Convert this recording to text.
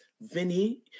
Vinny